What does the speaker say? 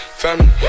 family